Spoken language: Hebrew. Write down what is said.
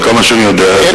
עד כמה שאני יודע,